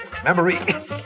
Memory